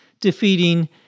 defeating